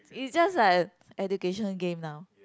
is just like a educational game now